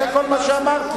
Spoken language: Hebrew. זה כל מה שאמרתי.